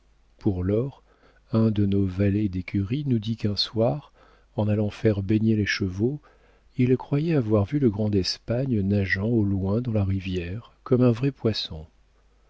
pour lors un de nos valets d'écurie nous dit qu'un soir en allant faire baigner les chevaux il croyait avoir vu le grand d'espagne nageant au loin dans la rivière comme un vrai poisson